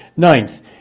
Ninth